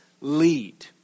lead